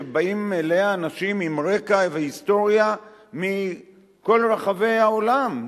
שבאים אליה אנשים עם רקע והיסטוריה מכל רחבי העולם,